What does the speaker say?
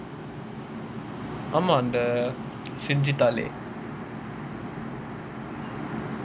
ஆமா அந்த செஞ்சுட்டாலே:aamaa antha senjutaalae